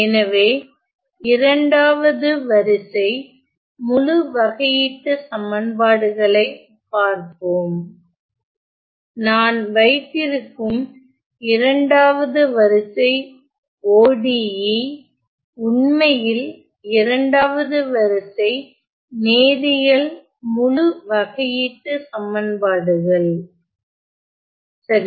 எனவே 2 வது வரிசை முழு வகையீட்டுச் சமன்பாடுகள் ஐப் பார்ப்போம் நான் வைத்திருக்கும் 2 வது வரிசை ODE உண்மையில் இரண்டாவது வரிசை நேரியல் முழு வகையீட்டுச் சமன்பாடுகள் சரி